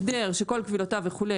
הסדר שכל כבילותיו וכו',